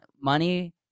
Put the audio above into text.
money